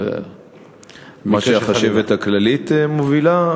מה שהחשבת הכללית מובילה?